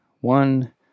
one